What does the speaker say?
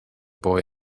boy